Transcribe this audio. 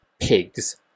pigs